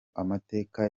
amateka